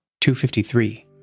253